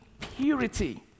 purity